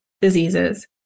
diseases